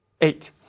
eight